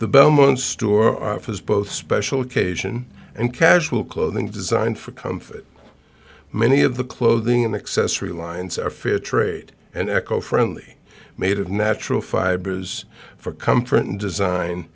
the belmont store offers both special occasion and casual clothing designed for comfort many of the clothing and accessory lines are fair trade and eco friendly made of natural fibers for comfort and design